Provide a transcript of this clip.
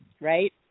right